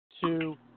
two